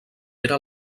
era